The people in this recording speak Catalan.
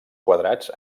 quadrats